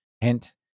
hint